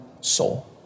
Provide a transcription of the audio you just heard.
soul